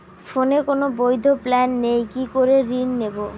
ফোনে কোন বৈধ প্ল্যান নেই কি করে ঋণ নেব?